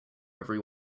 every